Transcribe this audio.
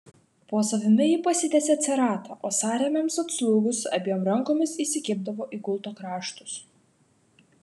po savimi ji pasitiesė ceratą o sąrėmiams atslūgus abiem rankomis įsikibdavo į gulto kraštus